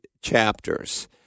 chapters